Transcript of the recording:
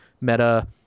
meta